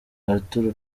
arthur